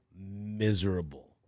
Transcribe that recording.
miserable